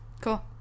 Cool